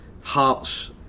Hearts